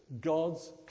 God's